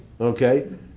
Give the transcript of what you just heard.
Okay